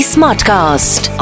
Smartcast